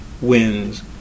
wins